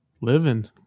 living